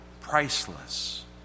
priceless